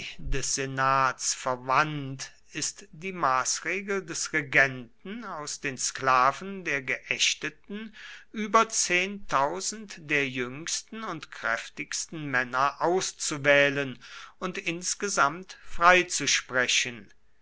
des senats verwandt ist die maßregel des regenten aus den sklaven der geächteten über der jüngsten und kräftigsten männer auszuwählen und insgesamt freizusprechen